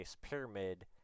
pyramid